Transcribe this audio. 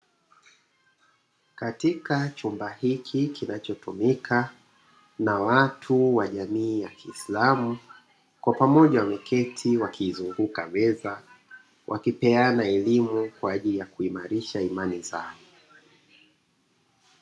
Katika chumba hichi kinachotumika na watu wa jamii ya Kiislamu kwa pamoja wameketi wakizunguka meza wakipeana elimu kwa ajili ya kuimarisha imani zao.